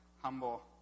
humble